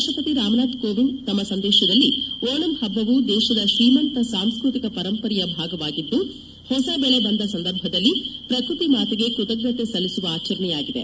ರಾಷ್ಟ್ರಪತಿ ರಾಮನಾಥ್ ಕೋವಿಂದ್ ತಮ್ಮ ಸಂದೇಶದಲ್ಲಿ ಓಣಂ ಹಬ್ಬವು ದೇಶದ ಶ್ರೀಮಂತ ಸಾಂಸ್ಕೃತಿಕ ಪರಂಪರೆಯ ಭಾಗವಾಗಿದ್ದು ಹೊಸ ಬೆಳೆ ಬಂದ ಸಂದರ್ಭದಲ್ಲಿ ಪ್ರಕೃತಿ ಮಾತೆಗೆ ಕೃತಜ್ಞತೆ ಸಲ್ಲಿಸುವ ಆಚರಣೆಯಾಗಿದೆ